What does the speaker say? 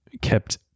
kept